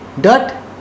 Dirt